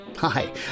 Hi